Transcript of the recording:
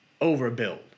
overbuild